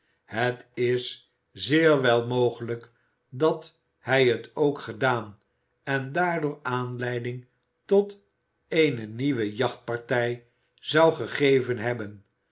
het is zeer wel mogelijk dat hij het ook gedaan en daardoor aanleiding tot hu wordt in hechtenis genomen eene nieuwe jachtpartij zou gegeven hebben